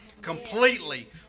completely